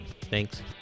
Thanks